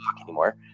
anymore